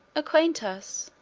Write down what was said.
acquaint us,